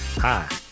Hi